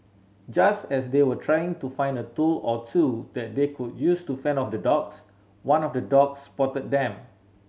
just as they were trying to find a tool or two that they could use to fend off the dogs one of the dogs spotted them